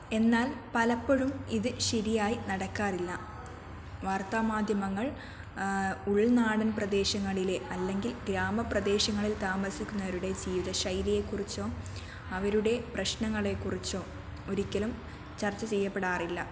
എന്നാൽ പലപ്പോഴും ഇത് ശരിയായി നടക്കാറില്ല വാർത്താമാധ്യമങ്ങൾ ഉൾനാടൻ പ്രദേശങ്ങളിലെ അല്ലെങ്കിൽ ഗ്രാമപ്രദേശങ്ങളിൽ താമസിക്കുന്നവരുടെ ജീവിതശൈലിയെക്കുറിച്ചോ അവരുടെ പ്രശ്നങ്ങളെക്കുറിച്ചോ ഒരിക്കലും ചർച്ചചെയ്യപ്പെടാറില്ല